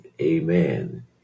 Amen